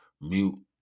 mute